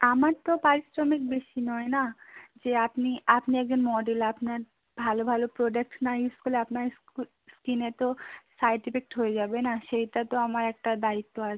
আমার তো পারিশ্রমিক বেশি নয় না যে আপনি আপনি একজন মডেল আপনার ভালো ভালো প্রোডাক্ট না ইউজ করলে আপনার স্কিনে তো সাইড এফেক্ট হয়ে যাবে না সেইটা তো আমার একটা দায়িত্ব আছে